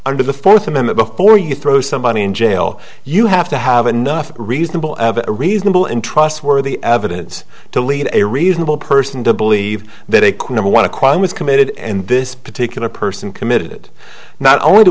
under the fourth amendment before you throw somebody in jail you have to have enough reasonable reasonable and trustworthy evidence to lead a reasonable person to believe that they could have won a crime was committed and this particular person committed not only do